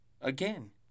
Again